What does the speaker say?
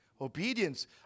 obedience